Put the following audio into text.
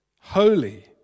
holy